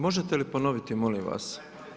Možete li ponoviti molim vas?